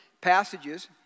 passages